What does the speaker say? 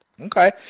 Okay